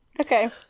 Okay